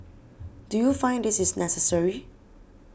do you find this is necessary